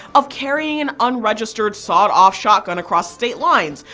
of carrying an unregistered sawed off shotgun across state lines,